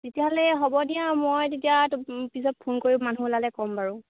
তেতিয়াহ'লে হ'ব দিয়া মই তেতিয়া পিছত ফোন কৰি মানুহ ওলালে ক'ম বাৰু